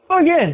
again